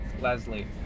Leslie